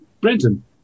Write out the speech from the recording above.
Brenton